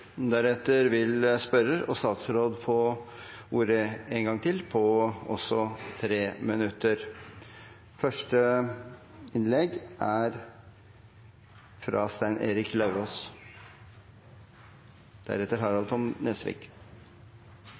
Deretter vil spørrer og statsråd få ordet én gang til i inntil 3 minutter.